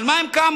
על מה הם קמו?